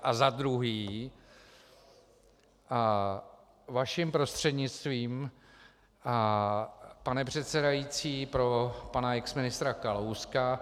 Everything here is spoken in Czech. A za druhé vaším prostřednictvím, pane předsedající, pro pana exministra Kalouska.